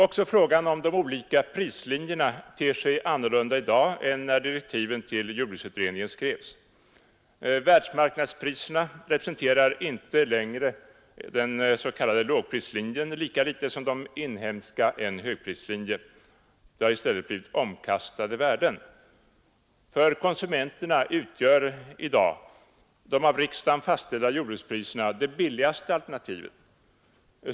Också frågan om de olika prislinjerna ter sig annorlunda i dag än när direktiven till jordbruksutredningen skrevs. Världsmarknadspriserna representerar inte längre den s.k. lågprislinjen, lika litet som de inhemska en högprislinje. Det har i stället blivit omkastade värden. För konsumenterna utgör i dag de av riksdagen fastställda jordbrukspriserna det billigaste alternativet.